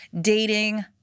dating